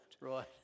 Right